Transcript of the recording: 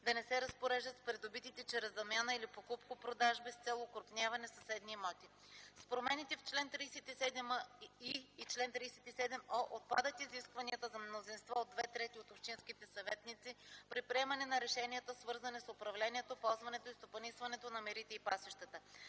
да не се разпореждат с придобитите чрез замяна или покупко-продажби с цел окрупняване съседни имоти. С промените в чл. 37и и чл. 37о отпадат изискванията за мнозинство от две трети от общинските съветници при приемане на решенията, свързани с управлението, ползването и стопанисването на мерите и пасищата.